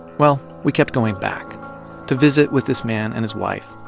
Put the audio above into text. well, we kept going back to visit with this man and his wife.